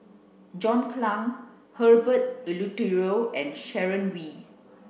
John Clang Herbert Eleuterio and Sharon Wee